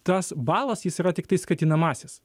tas balas jis yra tiktai skatinamasis